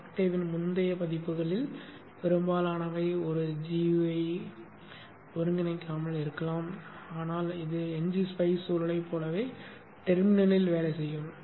Octavian முந்தைய பதிப்புகளில் பெரும்பாலானவை ஒரு gui ஒருங்கிணைக்காமல் இருக்கலாம் ஆனால் இது ngSpice சூழலைப் போலவே டெர்மினலில் வேலை செய்யும்